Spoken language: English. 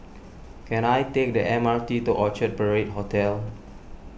can I take the M R T to Orchard Parade Hotel